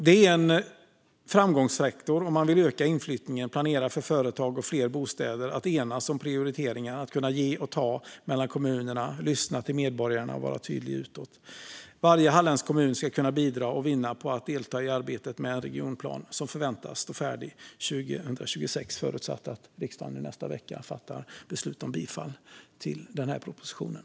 Det är en framgångsfaktor om man vill öka inflyttningen och planera för fler bostäder att enas om prioriteringarna, att kunna ge och ta mellan kommunerna, att lyssna till medborgarna och vara tydlig utåt. Varje halländsk kommun ska kunna bidra och vinna på att delta i arbetet med en regionplan som förväntas stå färdig 2026, förutsatt att riksdagen i nästa vecka fattar beslut om bifall till propositionen.